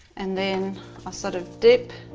and then i sort of dip,